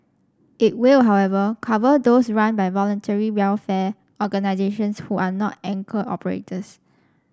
it will however cover those run by Voluntary Welfare Organisations who are not anchor operators